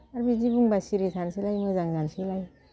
आर बिदि बुंबा सिरि थानोसैलाय मोजां जानोसैलाय